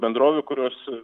bendrovių kurios